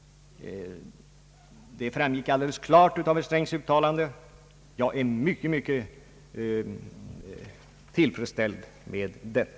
Det framgick emellertid alldeles klart av hans uttalande i dag, och jag är mycket tillfredsställd med det.